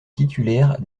titulaire